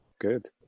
good